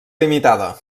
limitada